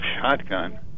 shotgun